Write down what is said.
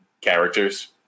characters